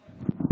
שלא תצליח,